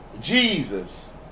jesus